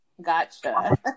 Gotcha